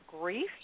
grief